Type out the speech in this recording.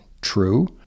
true